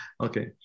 Okay